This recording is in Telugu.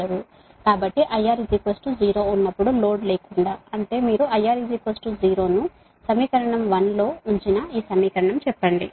కాబట్టి IR 0 ఉన్నప్పుడు లోడ్ లేకుండా అంటే మీరు IR 0 ను సమీకరణం 1 లో ఉంచిన ఈ సమీకరణం చెప్పండి